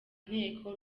nteko